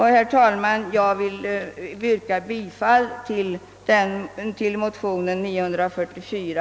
Herr talman! Jag yrkar bifall till motionen II: 944.